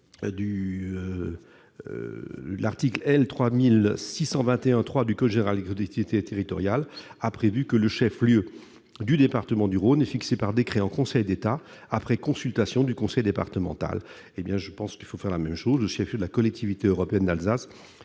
L'article L. 3621-3 du code général des collectivités territoriales prévoit ainsi que le chef-lieu du département du Rhône est fixé par décret en Conseil d'État, après consultation du conseil départemental. Je pense qu'il faut faire la même chose :« Le chef-lieu de la Collectivité européenne d'Alsace